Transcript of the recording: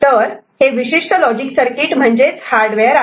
तर हे विशिष्ट लॉजिक सर्किट म्हणजे हार्डवेअर आहे